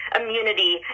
immunity